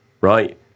right